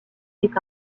est